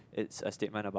it's a statement about